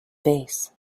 base